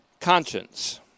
Conscience